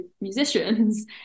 musicians